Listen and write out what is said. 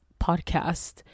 podcast